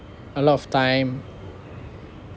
a lot of time